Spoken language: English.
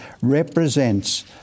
represents